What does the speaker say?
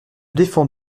défends